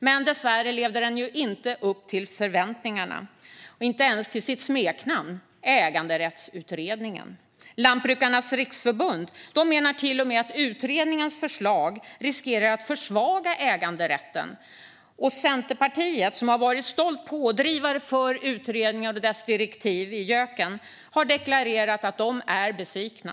Men dessvärre levde den inte upp till förväntningarna, inte ens till sitt smeknamn, Äganderättsutredningen. Lantbrukarnas Riksförbund menar till och med att utredningens förslag riskerar att försvaga äganderätten, och Centerpartiet, som har varit stolt pådrivare för utredningen och dess direktiv i januariöverenskommelsen, har deklarerat att de är besvikna.